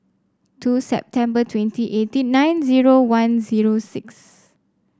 two September twenty eighteen nine zero one zero six